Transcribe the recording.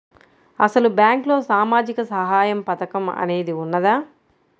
అసలు బ్యాంక్లో సామాజిక సహాయం పథకం అనేది వున్నదా?